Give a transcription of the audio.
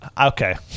Okay